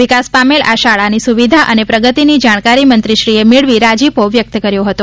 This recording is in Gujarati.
વિકાસ પામેલ આ શાળાની સુવિધા અને પ્રગતિની જાણકારી મંત્રીશ્રીએ મેળવી રાજીપો વ્યક્ત કર્યો હતો